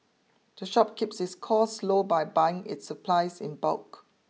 the shop keeps its costs low by buying its supplies in bulk